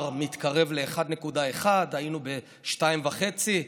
R מתקרב ל-1.1, היינו ב-2.5.